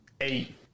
eight